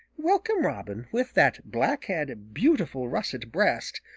welcome robin, with that black head, beautiful russet breast,